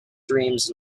dreams